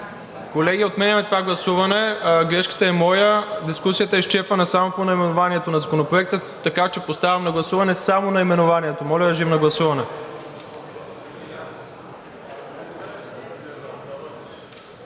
Колеги, отменям това гласуване, грешката е моя. Дискусията е изчерпана само по наименованието на Законопроекта, така че поставям на гласуване само наименованието. Моля, режим на гласуване.